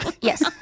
Yes